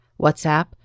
WhatsApp